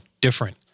different